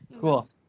Cool